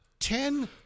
Ten